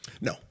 No